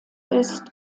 ist